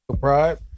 Pride